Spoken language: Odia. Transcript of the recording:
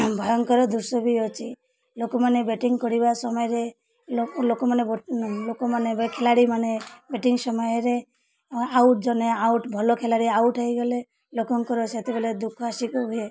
ଭୟଙ୍କର ଦୃଶ୍ୟ ବି ଅଛି ଲୋକମାନେ ବେଟିଂ କରିବା ସମୟରେ ଲୋକମାନେ ଲୋକମାନେ ଖେଲାଡ଼ିମାନେ ବେଟିଂ ସମୟରେ ଆଉଟ୍ ଜନେ ଆଉଟ୍ ଭଲ ଖିଲାଡ଼ି ଆଉଟ୍ ହେଇଗଲେ ଲୋକଙ୍କର ସେତେବେଳେ ଦୁଃଖ ଆସିକି ହୁଏ